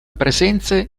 presenze